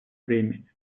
времени